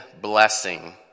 blessing